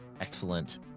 excellent